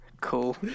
Cool